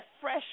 fresh